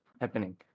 happening